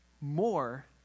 more